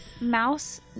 Mouse